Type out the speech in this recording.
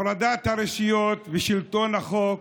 הפרדת הרשויות ושלטון החוק